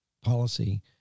policy